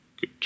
Good